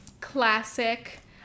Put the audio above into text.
classic